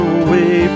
away